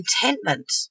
contentment